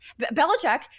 belichick